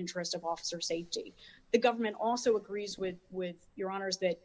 interest of officer safety the government also agrees with with your honor's that